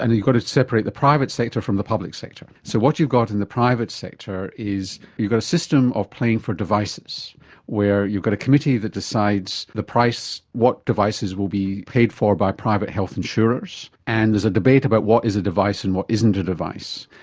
and you've got to separate the private sector from the public sector, so what you got in the private sector is you've got a system of paying for devices where you've got a committee that decides the price, what devices will be paid for by private health insurers and there is a debate about what is a device and what isn't a device.